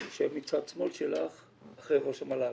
יושב לצד שמאל שלך, אחרי ראש המל"ל.